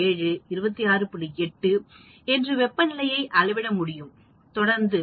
8 என்றுவெப்பநிலையை அளவிட முடியும்தொடர்ந்து